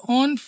on